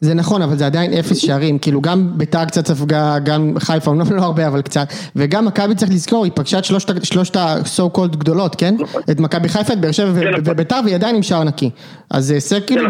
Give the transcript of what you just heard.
זה נכון אבל זה עדיין אפס שערים כאילו גם ביתר קצת ספגה גם חיפה אומנם לא הרבה אבל קצת וגם מכבי צריך לזכור היא פגשה את שלושת הסו קולד גדולות כן? את מכבי חיפה את באר שבע וביתר והיא עדיין עם שער נקי אז זה הישג כאילו